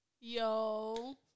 Yo